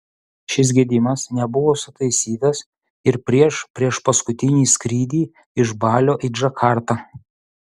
šis gedimas nebuvo sutaisytas ir prieš priešpaskutinį skrydį iš balio į džakartą